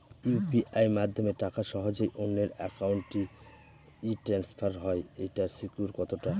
UPI মাধ্যমে টাকা সহজেই অন্যের অ্যাকাউন্ট ই ট্রান্সফার হয় এইটার সিকিউর কত টা?